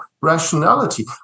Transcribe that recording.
rationality